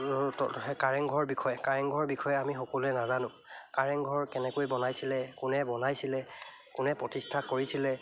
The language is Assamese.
কাৰেংঘৰ বিষয়ে কাৰেংঘৰ বিষয়ে আমি সকলোৱে নাজানো কাৰেংঘৰ কেনেকৈ বনাইছিলে কোনে বনাইছিলে কোনে প্ৰতিষ্ঠা কৰিছিলে